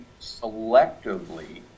selectively